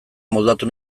moldatu